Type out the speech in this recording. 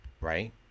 right